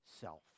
self